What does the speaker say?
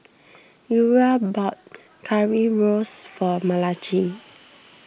Eura bought Currywurst for Malachi